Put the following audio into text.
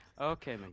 Okay